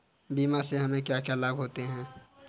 बीमा से हमे क्या क्या लाभ होते हैं?